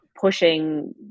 pushing